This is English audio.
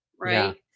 right